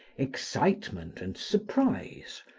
excitement and surprise,